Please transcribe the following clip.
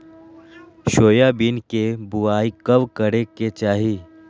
Soybean के बुआई कब करे के चाहि?